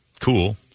cool